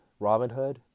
Robinhood